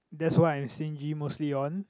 that's why I'm stingy mostly on